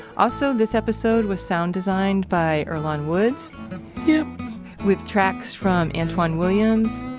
also, this episode was sound designed by earlonne woods yep with tracks from antwan williams,